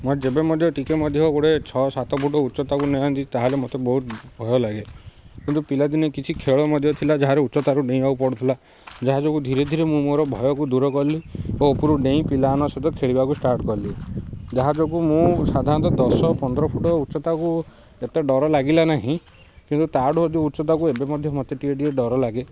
ମୋ ଯେବେ ମଧ୍ୟ ଟିକେ ମଧ୍ୟ ଗୋଟେ ଛଅ ସାତ ଫୁଟ୍ ଉଚ୍ଚତାକୁ ନିଅନ୍ତି ତାହେଲେ ମୋତେ ବହୁତ ଭୟ ଲାଗେ କିନ୍ତୁ ପିଲାଦିନେ କିଛି ଖେଳ ମଧ୍ୟ ଥିଲା ଯାହାର ଉଚ୍ଚତାକୁ ନେଇବାକୁ ପଡ଼ୁଥିଲା ଯାହା ଯୋଗୁଁ ଧୀରେ ଧୀରେ ମୁଁ ମୋର ଭୟକୁ ଦୂର କଲି ଓ ଉପରୁ ଅନେଇଲେ ପିଲାମାନଙ୍କୁ ସହିତ ଖେଳିବାକୁ ଷ୍ଟାର୍ଟ କଲି ଯାହା ଯୋଗୁଁ ମୁଁ ସାଧାରଣତଃ ଦଶ ପନ୍ଦର ଫୁଟ୍ ଉଚ୍ଚତାକୁ ଏତେ ଡ଼ର ଲାଗିଲା ନାହିଁ କିନ୍ତୁ ତା'ଠୁ ଯୋଉ ଉଚ୍ଚତାକୁ ଏବେ ମଧ୍ୟ ମୋତେ ଟିକେ ଟିକେ ଡ଼ର ଲାଗେ